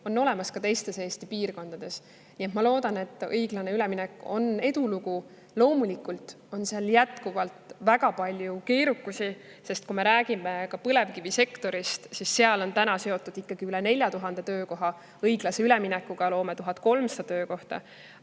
on olemas ka teistes Eesti piirkondades. Nii et ma loodan, et õiglane üleminek on edulugu. Loomulikult on seal jätkuvalt väga palju keerukusi, sest põlevkivisektoriga on seotud üle 4000 töökoha. Õiglase üleminekuga loome 1300 töökohta.